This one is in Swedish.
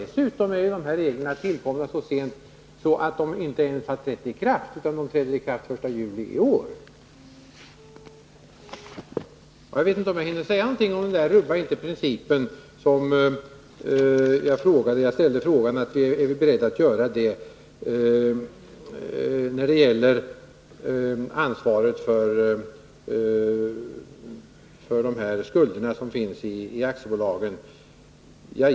Dessutom är de här reglerna tillkomna så sent att de inte ens har trätt i kraft; det gör de först den 1 juli i år. Jag vet inte om jag hinner säga någonting mer om den fråga jag ställde, nämligen: Är vi beredda att rubba principen när det gäller ansvaret för de skulder som finns i aktiebolagen?